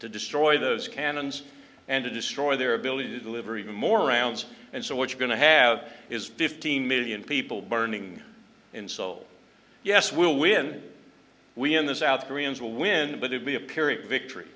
to destroy those cannons and to destroy their ability to deliver even more rounds and so what you're going to have is fifteen million people burning in seoul yes we'll win we in the south koreans will win but it be a pyrrhic victory